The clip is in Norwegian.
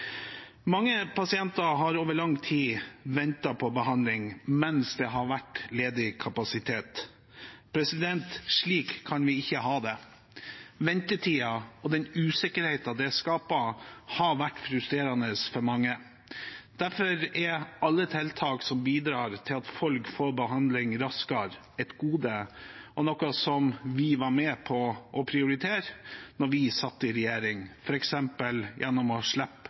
Mange pasienter har over lang tid ventet på behandling, mens det har vært ledig kapasitet. Slik kan vi ikke ha det. Ventetiden og den usikkerheten det skaper, har vært frustrerende for mange. Derfor er alle tiltak som bidrar til at folk får behandling raskere, et gode, og noe som vi var med på å prioritere da vi satt i regjering, f.eks. gjennom å slippe